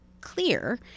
clear